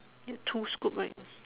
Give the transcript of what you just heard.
ya two scoop right